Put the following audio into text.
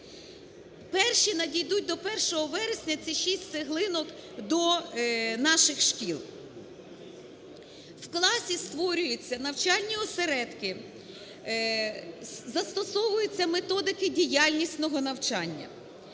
Перші надійдуть до 1 вересня, ці 6 цеглинок, до наших шкіл. В класі створюються навчальні осередки, застосовуються методики діяльнісного навчання.